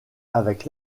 avec